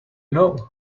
know